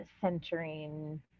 centering